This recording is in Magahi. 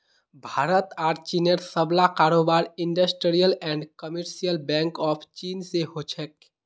भारत आर चीनेर सबला कारोबार industrial and commercial bank of चीन स हो छेक